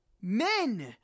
men